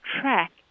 track